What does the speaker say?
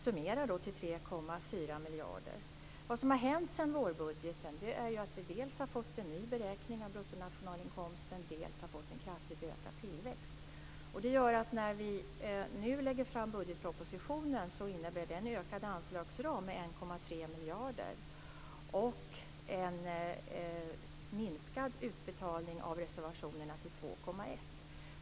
Summerat blir detta 3,4 miljarder. Det som har hänt sedan vårbudgeten är att vi dels har fått en ny beräkning av bruttonationalinkomsten, dels har fått en kraftigt ökad tillväxt. När vi nu lägger fram budgetpropositionen innebär det en ökad anslagsram med 1,3 miljarder och en minskad utbetalning av reservationerna till 2,1.